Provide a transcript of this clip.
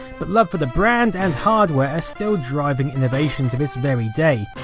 but love for the brand and hardware are still driving innovation to this very day,